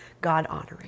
God-honoring